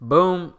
Boom